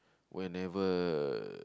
whenever